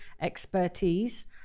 expertise